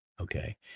Okay